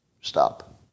Stop